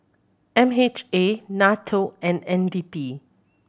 M H A NATO and N D P